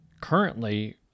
currently